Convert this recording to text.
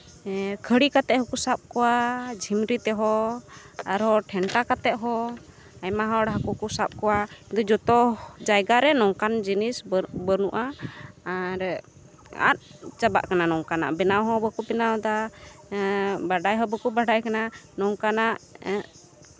ᱠᱷᱟᱹᱲᱤ ᱠᱟᱛᱮ ᱦᱚᱸᱠᱚ ᱥᱟᱵ ᱠᱚᱣᱟ ᱡᱷᱤᱢᱨᱤ ᱛᱮᱦᱚᱸ ᱟᱨᱦᱚᱸ ᱴᱷᱮᱱᱴᱟ ᱠᱟᱛᱮ ᱦᱚᱸ ᱟᱭᱢᱟ ᱦᱚᱲ ᱦᱟᱹᱠᱩ ᱠᱚ ᱥᱟᱵ ᱠᱚᱣᱟ ᱡᱚᱛᱚ ᱡᱟᱭᱜᱟᱨᱮ ᱱᱚᱝᱠᱟᱱ ᱡᱤᱱᱤᱥ ᱵᱟᱹᱱᱩᱜᱼᱟ ᱟᱨ ᱟᱫ ᱪᱟᱵᱟᱜ ᱠᱟᱱᱟ ᱱᱚᱝᱠᱟᱱᱟᱜ ᱵᱮᱱᱟᱣ ᱦᱚᱸ ᱵᱟᱝᱠᱚ ᱵᱮᱱᱟᱣᱫᱟ ᱵᱟᱰᱟᱭ ᱦᱚᱸ ᱵᱟᱠᱚ ᱵᱟᱰᱟᱭ ᱠᱟᱱᱟ ᱱᱚᱝᱠᱟᱱᱟᱜ